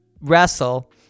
wrestle